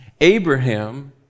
Abraham